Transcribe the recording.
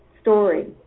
story